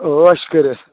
عٲش کٔرتھ